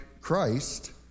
Christ